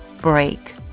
break